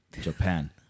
Japan